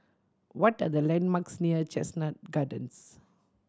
what are the landmarks near Chestnut Gardens